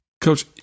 Coach